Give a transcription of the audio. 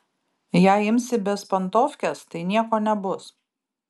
jei imsi bezpantovkes tai nieko nebus